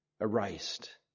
erased